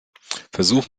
versuch